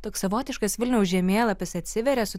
toks savotiškas vilniaus žemėlapis atsiveria su